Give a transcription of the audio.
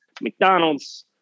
McDonald's